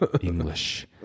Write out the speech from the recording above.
English